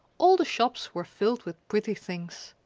all the shops were filled with pretty things.